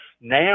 Now